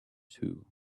too